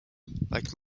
like